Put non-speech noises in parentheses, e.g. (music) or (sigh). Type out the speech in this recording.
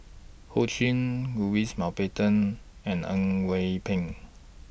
Ho Ching Louis Mountbatten and Au (unintelligible) Pak